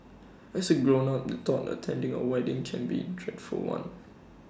as A grown up the thought of attending A wedding can be dreadful one